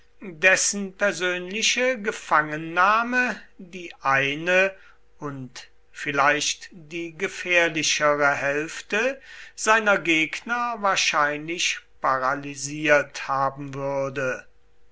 dessen persönliche gefangennahme die eine und vielleicht die gefährlichere hälfte seiner gegner wahrscheinlich paralysiert haben würde